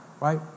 right